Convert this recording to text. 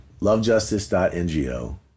lovejustice.ngo